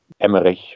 Emmerich